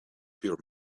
pure